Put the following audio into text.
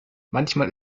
manchmal